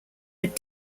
but